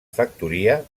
factoria